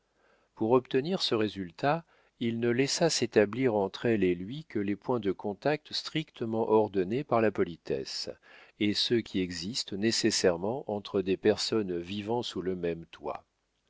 pour obtenir ce résultat il ne laissa s'établir entre elle et lui que les points de contact strictement ordonnés par la politesse et ceux qui existent nécessairement entre des personnes vivant sous le même toit